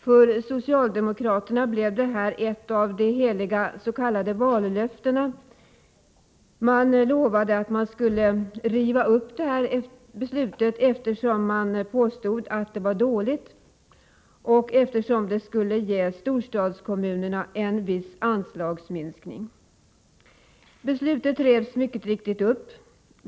För socialdemokraterna blev det ett av de s.k. heliga vallöftena att man skulle riva upp det här beslutet. Man påstod att det var dåligt och att det skulle ge storstadskommunerna en viss anslagsminskning. Beslutet revs mycket riktigt upp.